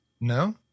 No